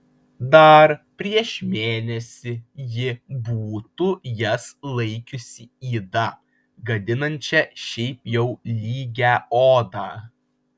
dar prieš mėnesį ji būtų jas laikiusi yda gadinančia šiaip jau lygią odą